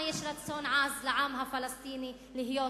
יש רצון עז לעם הפלסטיני להיות חופשי.